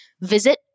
Visit